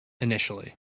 initially